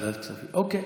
ועדת כספים, אוקיי.